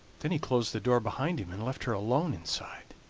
then he closed the door behind him and left her alone inside.